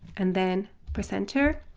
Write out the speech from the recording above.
and then press enter,